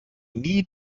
nie